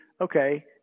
okay